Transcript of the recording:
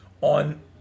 on